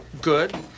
good